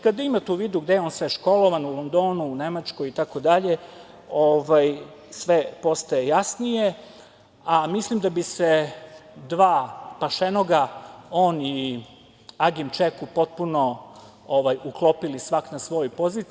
Kada imate u vidu gde je on sve školovan, u Londonu, u Nemačkoj itd. sve postaje jasnije, a mislim da bi se dva pašenoga, on i Agim Čeku potpuno uklopili svako na svojoj poziciji.